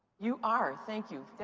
you are, thank you.